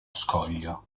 scoglio